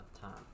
time